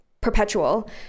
Perpetual